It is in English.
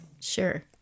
Sure